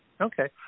Okay